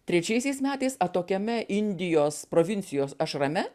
trečiaisiais metais atokiame indijos provincijos ašrame